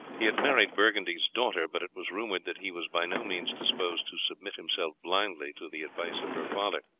he had married burgundy's daughter, but it was rumoured that he was by no means disposed to submit himself blindly to the advice of her father.